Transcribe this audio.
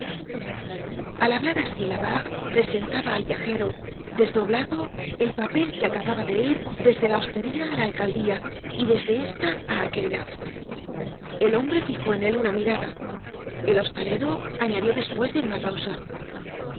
al hablar asi labarre presentaba al viajero desdoblado el papel que acababa de ir desde la hostería á la alcaldía y de esta á aquella el hombre fijó en él una mirada el hostalero añadió despues de una pausa me